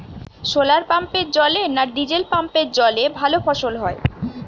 শোলার পাম্পের জলে না ডিজেল পাম্পের জলে ভালো ফসল হয়?